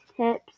tips